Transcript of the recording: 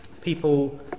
People